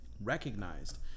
recognized